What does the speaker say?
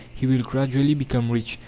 he will gradually become rich,